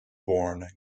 born